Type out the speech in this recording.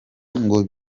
ngo